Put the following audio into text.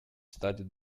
studied